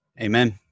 Amen